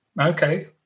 Okay